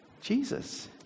jesus